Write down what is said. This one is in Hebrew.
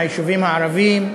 מהיישובים הערביים,